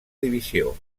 divisió